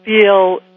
feel